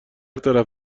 طرف